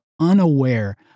unaware